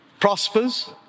prospers